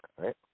right